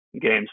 Games